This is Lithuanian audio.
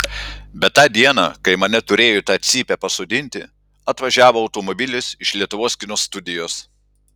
bet tą dieną kai mane turėjo į tą cypę pasodinti atvažiavo automobilis iš lietuvos kino studijos